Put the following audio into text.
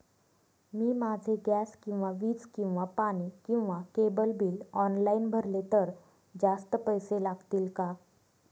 मी माझे गॅस किंवा वीज किंवा पाणी किंवा केबल बिल ऑनलाईन भरले तर जास्त पैसे लागतील का?